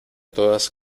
todas